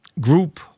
group